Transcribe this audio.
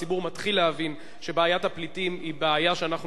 הציבור מתחיל להבין שבעיית הפליטים היא בעיה שאנחנו